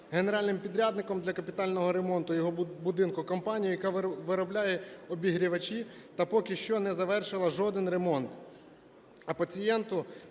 генеральним підрядником для капітального ремонту його будинку компанію, яка виробляє обігрівачі та поки що не завершила жоден ремонт,